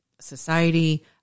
society